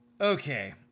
Okay